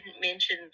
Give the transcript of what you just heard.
mention